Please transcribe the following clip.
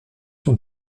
son